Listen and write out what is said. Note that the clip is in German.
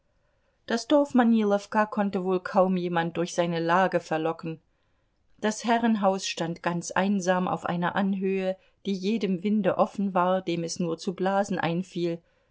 das dorf manilowka konnte wohl kaum jemand durch seine lage verlocken das herrenhaus stand ganz einsam auf einer anhöhe die jedem winde offen war dem es nur zu blasen einfiel